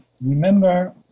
remember